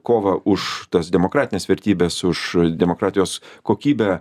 kovą už tas demokratines vertybes už demokratijos kokybę